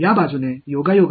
இங்கே வாதம் என்ன